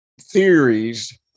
theories